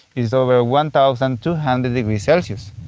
it's over one thousand two hundred degrees celsius.